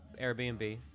Airbnb